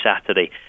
Saturday